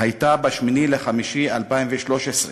הייתה ב-8 במאי 2013,